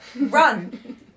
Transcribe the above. run